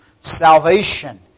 salvation